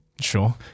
Sure